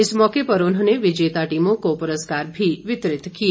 इस मौके पर उन्होंने विजेता टीमों को पुरस्कार मी वितरित किए